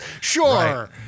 Sure